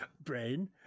Brain